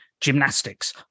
gymnastics